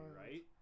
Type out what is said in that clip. right